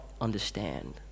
understand